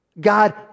God